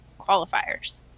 qualifiers